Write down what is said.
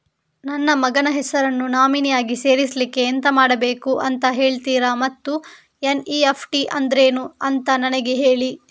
ನನ್ನ ಮಗನ ಹೆಸರನ್ನು ನಾಮಿನಿ ಆಗಿ ಸೇರಿಸ್ಲಿಕ್ಕೆ ಎಂತ ಮಾಡಬೇಕು ಅಂತ ಹೇಳ್ತೀರಾ ಮತ್ತು ಎನ್.ಇ.ಎಫ್.ಟಿ ಅಂದ್ರೇನು ಅಂತ ನನಗೆ ಹೇಳಿ